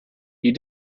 you